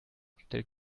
stellt